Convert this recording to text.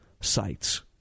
sites